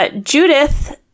Judith